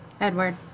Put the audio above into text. Edward